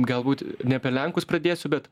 galbūt ne apie lenkus pradėsiu bet